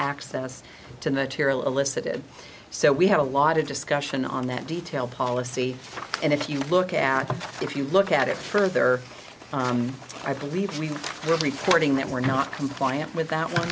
elicited so we had a lot of discussion on that detail policy and if you look at if you look at it further on i believe we were reporting that were not compliant with that one